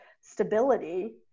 stability